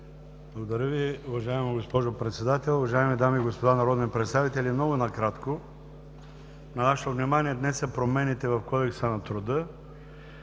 Благодаря Ви, уважаема госпожо Председател. Уважаеми дами и господа народни представители! Много накратко. На Вашето внимание днес са промените в Кодекса на труда,